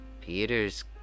Peter's